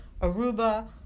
Aruba